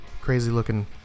crazy-looking